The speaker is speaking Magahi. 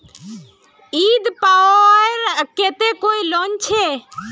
ईद पर्वेर केते कोई लोन छे?